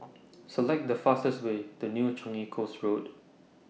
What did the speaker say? Select The fastest Way to New Changi Coast Road